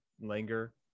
linger